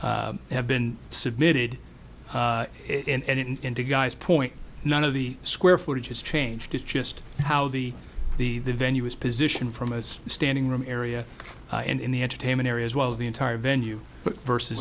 been have been submitted and in india guys point none of the square footage has changed it's just how the the the venue is position from a standing room area and in the entertainment area as well as the entire venue versus